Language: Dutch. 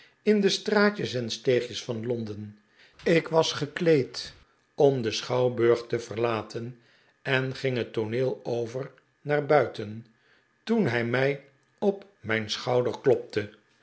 in de straatjes en steegjesvan londen ik was gekleed om den schouwburg te verlaten en ging het tooneel over naar buiten toen hij mij op mijn schouder klopte